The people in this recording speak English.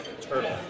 Turtle